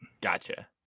Gotcha